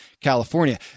California